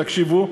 תקשיבו.